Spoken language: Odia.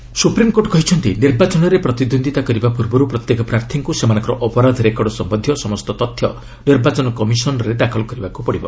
ଏସ୍ସି ଲ ମେକର୍ସ ସୁପ୍ରିମ୍କୋର୍ଟ କହିଛନ୍ତି ନିର୍ବାଚନରେ ପ୍ରତିଦ୍ୱନ୍ଦ୍ୱୀତା କରିବା ପୂର୍ବରୁ ପ୍ରତ୍ୟେକ ପ୍ରାର୍ଥୀଙ୍କ ସେମାନଙ୍କର ଅପରାଧ ରେକର୍ଡ ସମ୍ଭନ୍ଧୀୟ ସମସ୍ତ ତଥ୍ୟ ନିର୍ବାଚନ କମିଶନ୍ରେ ଦାଖଲ କରିବାକୁ ପଡ଼ିବ